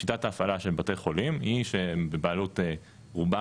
שיטת ההפעלה של בתי חולים היא שבבעלות רובם,